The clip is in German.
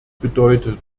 bedeutet